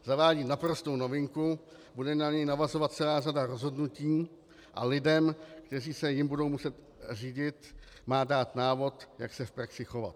Zavádí naprostou novinku, bude na něj navazovat celá řada rozhodnutí a lidem, kteří se jím budou muset řídit, má dát návod, jak se v praxi chovat.